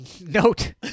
Note